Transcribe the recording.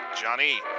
Johnny